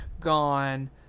gone